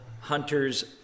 Hunters